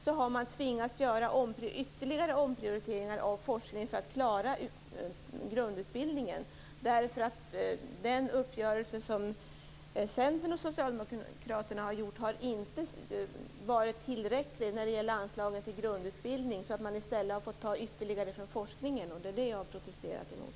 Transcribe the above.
Då har man tvingats göra ytterligare omprioriteringar av forskningen för att klara grundutbildningen. Den uppgörelse som Centern och Socialdemokraterna har gjort har inte varit tillräcklig när det gäller anslagen till grundutbildningen. Därför har man i stället fått ta ytterligare från forskningen. Det är det jag har protesterat emot.